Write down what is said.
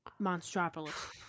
Monstropolis